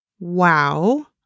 Wow